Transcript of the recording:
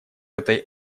этой